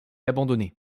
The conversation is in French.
abandonné